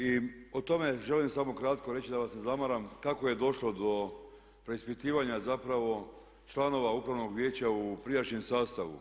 I o tome želim samo kratko reći da vas ne zamaram kako je došlo do preispitivanja zapravo članova upravnog vijeća u prijašnjem sastavu.